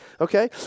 okay